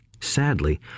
sadly